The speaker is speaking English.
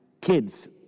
kids